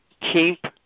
keep